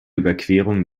überquerung